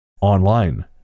online